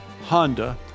Honda